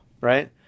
right